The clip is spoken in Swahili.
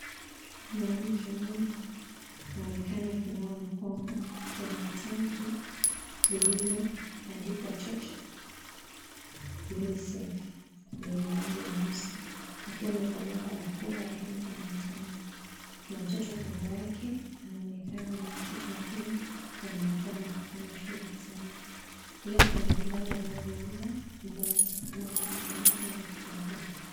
Mwanamke mmoja anaonekana akinawa mikono kwenye tangi lililoandikwa Total UNICEF lenye rangi nyeusi akiwa amevalia barakoa ya rangi ya manjano. Kuna mtoto kando yake anaonekana na watoto wengine wanaonekana wakifanya shughuli zao. Pia kuna vibanda vinavyouza mboga kama vile tomato na vitungu.